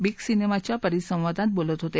wig सिनेमाच्या परिसंवादात बोलत होते